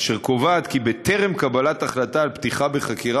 אשר קובעת כי בטרם קבלת החלטה על פתיחה בחקירה